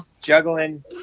juggling